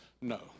No